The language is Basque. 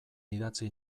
idatzi